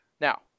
now